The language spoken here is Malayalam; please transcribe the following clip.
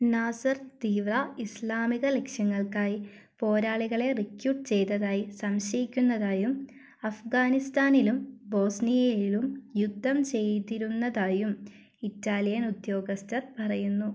നാസർ തീവ്ര ഇസ്ലാമിക ലക്ഷ്യങ്ങൾക്കായി പോരാളികളെ റിക്രൂട്ട് ചെയ്തതായി സംശയിക്കുന്നതായും അഫ്ഗാനിസ്ഥാനിലും ബോസ്നിയയിലും യുദ്ധം ചെയ്തിരുന്നതായും ഇറ്റാലിയൻ ഉദ്യോഗസ്ഥർ പറയുന്നു